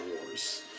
Wars